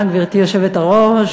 גברתי היושבת-ראש,